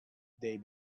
they